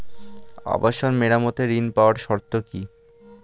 আবাসন মেরামতের ঋণ পাওয়ার শর্ত কি?